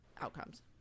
outcomes